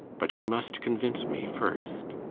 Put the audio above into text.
but you must convince me first.